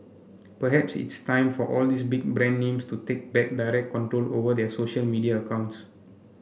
perhaps it's time for all these big brand names to take back direct control over their social media accounts